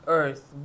earth